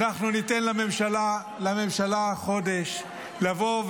אנחנו ניתן לממשלה חודש לבוא,